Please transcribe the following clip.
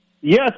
Yes